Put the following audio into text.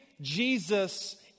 Jesus